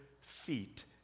feet